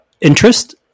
interest